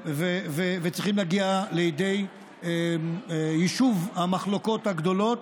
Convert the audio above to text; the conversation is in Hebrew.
וצריכים להגיע לידי יישוב המחלוקות הגדולות,